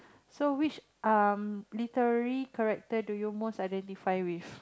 so which um literary character do you most identify with